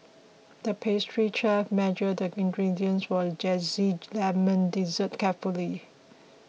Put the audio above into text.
the pastry chef measured the ingredients for a Zesty Lemon Dessert carefully